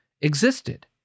existed